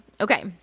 Okay